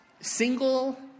single